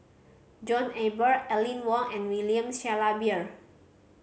John Eber Aline Wong and William Shellabear